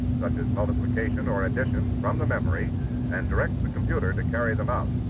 such as multiplication or addition from the memory and directs the computer to carry them out.